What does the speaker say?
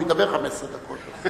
הוא ידבר 15 דקות.